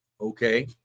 okay